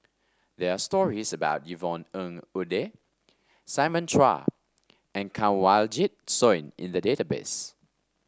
there are stories about Yvonne Ng Uhde Simon Chua and Kanwaljit Soin in the database